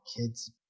kids